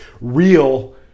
real